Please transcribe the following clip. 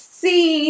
see